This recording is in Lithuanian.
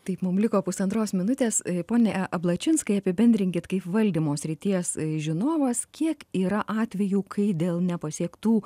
taip mum liko pusantros minutės pone ablačinskai apibendrinkit kaip valdymo srities žinovas kiek yra atvejų kai dėl nepasiektų